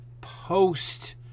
post-